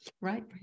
Right